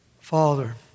Father